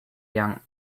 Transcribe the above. young